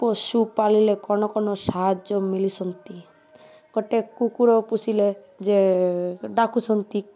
ପଶୁପାଳିଲେ କ'ଣ କ'ଣ ସାହାଯ୍ୟ ମିଳିଛନ୍ତି ଗୋଟେ କୁକୁର ପୋଷିଲେ ଯେ ଡାକୁଛନ୍ତି